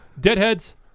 Deadheads